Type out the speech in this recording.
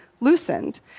loosened